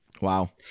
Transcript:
Wow